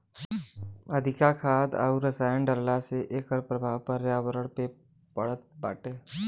अधिका खाद अउरी रसायन डालला से एकर प्रभाव पर्यावरण पे पड़त बाटे